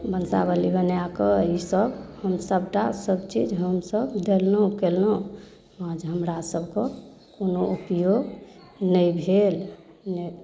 वंशावली बनाकऽ ईसब हम सबटा सबचीज हमसब देलहुँ केलहुँ आओर हमरा सबके कोनो उपयोग नहि भेल नहि